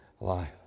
life